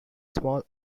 small